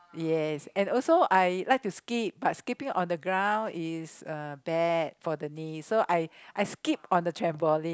yes and also I like to skip but skipping on the ground is uh bad for the knees so I I skip on the trampoline